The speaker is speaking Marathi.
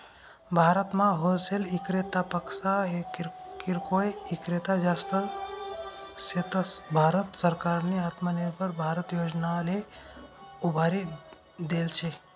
भारतमा होलसेल इक्रेतापक्सा किरकोय ईक्रेता जास्त शेतस, भारत सरकारनी आत्मनिर्भर भारत योजनाले उभारी देल शे